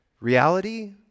reality